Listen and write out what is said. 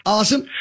Awesome